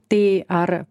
tai ar